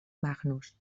magnus